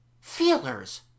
feelers